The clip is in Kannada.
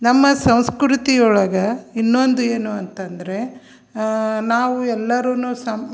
ನಮ್ಮ ಸಂಸ್ಕೃತಿ ಒಳಗೆ ಇನ್ನೊಂದು ಏನು ಅಂತ ಅಂದ್ರೆ ನಾವು ಎಲ್ಲರೂ ಸಮ